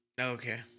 Okay